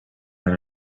than